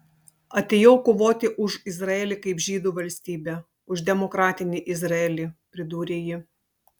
atėjau kovoti už izraelį kaip žydų valstybę už demokratinį izraelį pridūrė ji